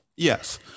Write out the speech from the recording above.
Yes